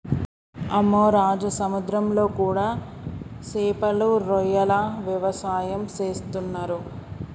అమ్మె రాజు సముద్రంలో కూడా సేపలు రొయ్యల వ్యవసాయం సేసేస్తున్నరు